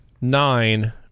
nine